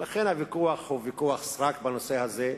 ולכן הוויכוח הוא ויכוח סרק בנושא הזה.